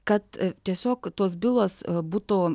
kad tiesiog tos bylos būtų